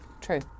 True